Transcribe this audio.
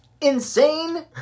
insane